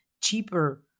cheaper